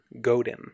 Godin